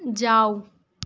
जाउ